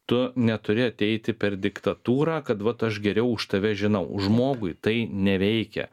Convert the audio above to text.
tu neturi ateiti per diktatūrą kad vat aš geriau už tave žinau žmogui tai neveikia